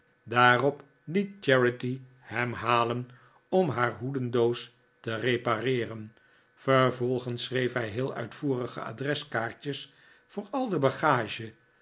daarop liet charity hem halen r om haar hoedendoos te repareeren vervolgens schreef hij heel uitvoerige adreskaartjes voor al de bagage